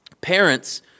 Parents